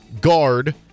guard